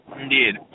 Indeed